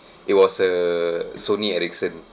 it was a sony-ericsson